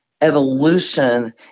Evolution